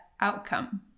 outcome